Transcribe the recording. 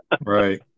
Right